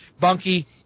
Bunky